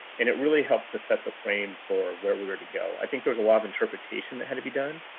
and it really helped to set the frame for where we were to go. i think there was a lot of interpretation that had to be done.